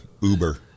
Uber